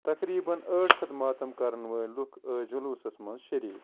تقریٖبًا ٲٹھ شٮ۪تھ ماتم کرَن وٲل لوٗکھ ٲسۍ جلوسَس منٛز شریٖک